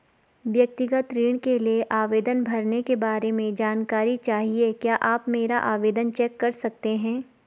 व्यक्तिगत ऋण के लिए आवेदन भरने के बारे में जानकारी चाहिए क्या आप मेरा आवेदन चेक कर सकते हैं?